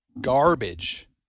garbage